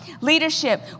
Leadership